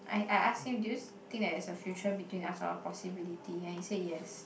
I I ask him do you think there's a future between us or a possibility and he said yes